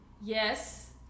Yes